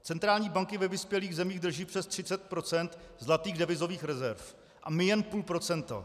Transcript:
Centrální banky ve vyspělých zemích drží přes 30 % zlatých devizových rezerv a my jen půlprocento.